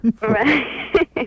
Right